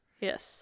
yes